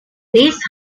this